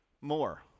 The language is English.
more